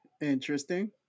interesting